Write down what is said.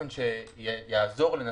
זה משהו שהוא לא נתפס.